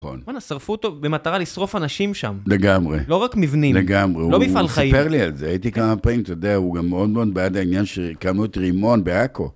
בן אסרפו אותו במטרה לשרוף אנשים שם. לגמרי. לא רק מבנים. לגמרי, הוא סיפר לי על זה, הייתי כמה פעמים, אתה יודע, הוא גם מאוד מאוד בעד העניין של כמות רימון באקו.